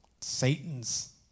Satan's